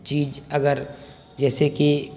چیز اگر جیسے کہ